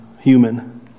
human